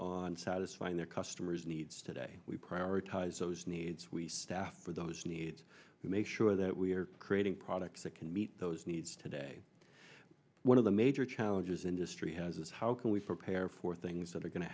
on satisfying their customers needs today we prioritize those needs we staffed for those needs to make sure that we are creating products that can meet those needs today one of the major challenges industry is this how can we for pair for things that are going to